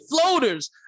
Floaters